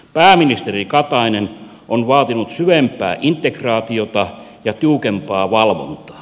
pääministeri katainen on vaatinut syvempää integraatiota ja tiukempaa valvontaa